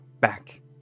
back